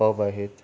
pub आहेत